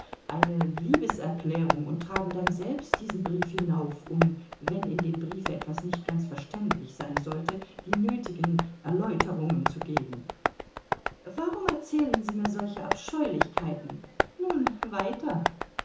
eine liebeserklärung und tragen dann selbst diesen brief hinauf um wenn in dem briefe etwas nicht ganz verständlich sein sollte die nötigen erläuterungen zu geben warum erzählen sie mir solche abscheulichkeiten nun weiter